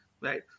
right